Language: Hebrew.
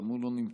גם הוא לא נמצא.